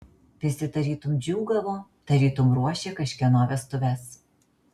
visi tarytum džiūgavo tarytum ruošė kažkieno vestuves